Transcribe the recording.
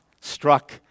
struck